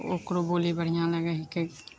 ओकरो बोली बढ़िआँ लागै हिकै